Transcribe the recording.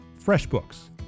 FreshBooks